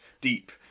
deep